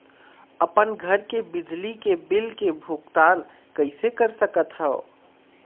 अपन घर के बिजली के बिल के भुगतान कैसे कर सकत हव?